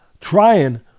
trying